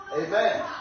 amen